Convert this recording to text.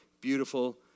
beautiful